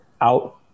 out